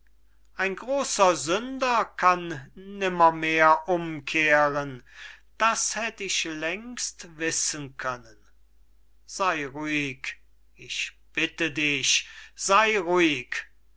ein grosser sünder kann nimmermehr umkehren das hätt ich längst wissen können sey ruhig ich bitte dich sey ruhig